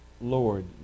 Lord